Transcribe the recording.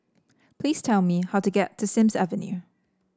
please tell me how to get to Sims Avenue